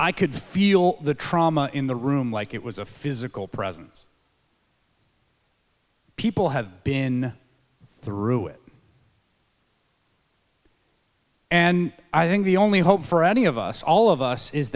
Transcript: i could feel the trauma in the room like it was a physical presence people have been through it and i think the only hope for any of us all of us is